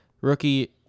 rookie